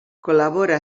col·labora